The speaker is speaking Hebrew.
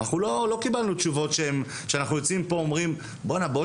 אנחנו לא קיבלנו תשובות שאנחנו יוצאים מפה ואומרים: בואנה בעוד